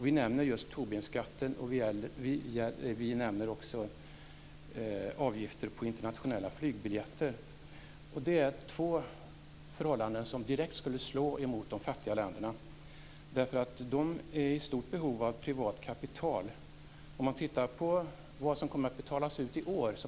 Vi nämner just Tobinskatten, och vi nämner avgifter på internationella flygbiljetter. Det är två förhållanden som direkt skulle slå mot de fattiga länderna. De är i stort behov av privat kapital. Låt oss titta på vad som kommer att betalas ut i år.